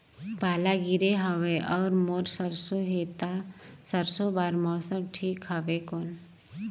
पाला गिरे हवय अउर मोर सरसो हे ता सरसो बार मौसम ठीक हवे कौन?